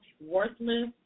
worthless